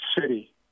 city